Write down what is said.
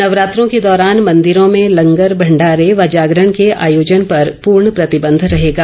नवरात्रों के दौरान मंदिरों में लंगर भंडारे व जागरण के आयोजन पर पूर्ण प्रतिबंध रहेगा